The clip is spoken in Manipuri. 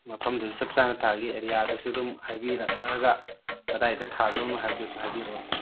ꯃꯐꯝꯗꯨꯁꯨ ꯆꯞ ꯆꯥꯅ ꯇꯥꯕꯤ ꯑꯔꯤꯌꯥꯗꯨꯁꯨ ꯑꯗꯨꯝ ꯍꯥꯏꯕꯤꯔꯛꯑꯒ ꯀꯗꯥꯏꯗ ꯊꯥꯗꯧꯅꯣ ꯍꯥꯏꯕꯗꯨꯁꯨ ꯍꯥꯏꯕꯤꯔꯛꯑꯣ